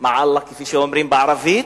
מע אללה, כפי שאומרים בערבית,